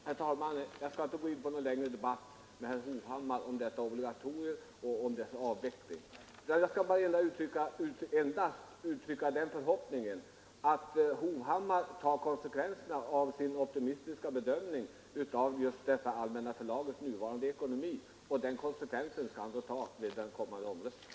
Herr talman! Jag skall inte gå in på någon längre debatt med herr Hovhammar om detta obligatorium och dess avveckling. Jag skall endast uttrycka förhoppningen att herr Hovhammar tar konsekvensen av sin optimistiska bedömning av Allmänna förlagets nuvarande ekonomi. Den konsekvensen bör han då ta vid den kommande omröstningen.